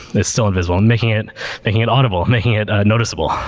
it's still invisible, and making it making it audible. making it noticeable.